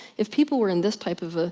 if people were in this type of ah